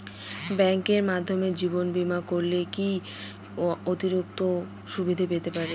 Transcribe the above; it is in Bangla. ব্যাংকের মাধ্যমে জীবন বীমা করলে কি কি অতিরিক্ত সুবিধে পেতে পারি?